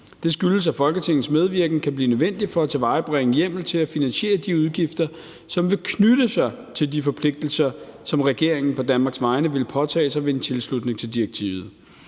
Det skyldes, at Folketingets medvirken kan blive nødvendigt for at tilvejebringe hjemmel til at finansiere de udgifter, som vil knytte sig til de forpligtelser, som regeringen på Danmarks vegne ville påtage sig ved en tilslutning til direktivet.